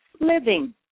living